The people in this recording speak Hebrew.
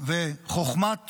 וחוכמת